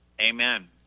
Amen